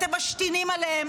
אתם משתינים עליהם,